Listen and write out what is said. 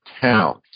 town